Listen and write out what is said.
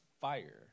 fire